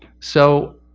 so